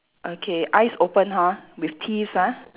okay eyes open ha with teeths ha